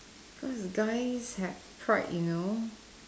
because guys have pride you know